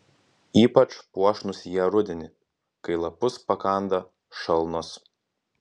ypač puošnūs jie rudenį kai lapus pakanda šalnos